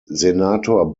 senator